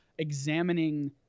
Examining